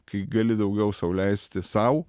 kai gali daugiau sau leisti sau